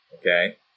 okay